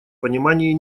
понимании